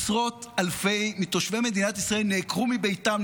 עשרות אלפים מתושבי מדינת ישראל נעקרו מביתם,